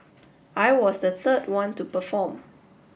I was the third one to perform